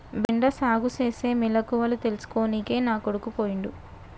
బెండ సాగుసేనే మెలకువల తెల్సుకోనికే నా కొడుకు పోయిండు